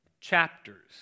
chapters